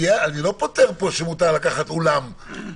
אני לא אומר פה שמותר לקחת אולם.